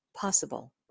possible